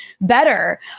better